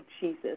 Jesus